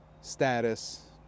status